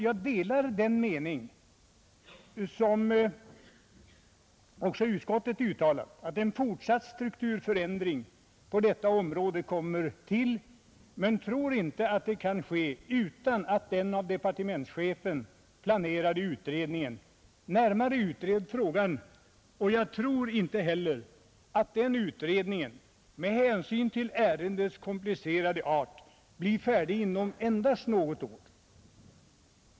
Jag delar den meningen, som också utskottet uttalat, att en fortsatt strukturförändring av eldistributionen kommer att ske, men jag tror inte att den kan äga rum utan att den av departementschefen planerade utredningen närmare granskat frågan. Jag tror inte heller att den utredningen med hänsyn till ärendets komplicerade art blir färdig inom endast något år.